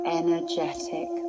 energetic